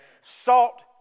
Salt